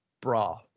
bra